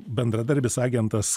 bendradarbis agentas